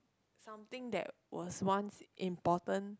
something that was once important